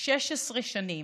16 שנים,